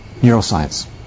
neuroscience